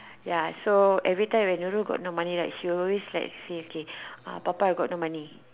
ya so every time when Nurul got no money right she will always like say okay uh papa got no money